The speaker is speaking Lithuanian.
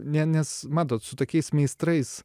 ne nes matot su tokiais meistrais